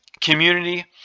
community